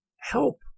help